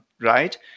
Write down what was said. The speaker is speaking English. right